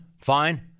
fine